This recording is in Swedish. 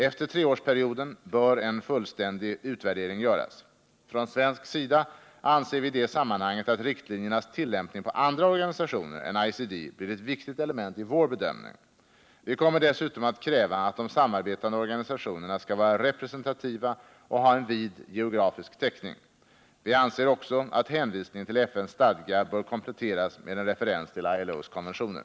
Efter treårsperioden bör en fullständig utvärdering göras. Från svensk sida anser vi i det sammanhanget att riktlinjernas tillämpning på andra organisationer än ICD blir ett viktigt element i vår bedömning. Vi kommer dessutom att kräva att de samarbetande organisationerna skall vara representativa och ha vid geografisk täckning. Vi anser också att hänvisningen till FN:s stadga bör kompletteras med en referens till ILO:s konventioner.